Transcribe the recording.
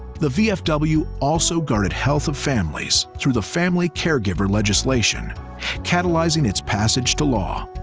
the vfw also guarded health of families through the family caregiver legislation catalyzing its passage to law.